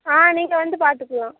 ஆ நீங்கள் வந்து பார்த்துக்கலாம்